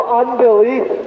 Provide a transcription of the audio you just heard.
unbelief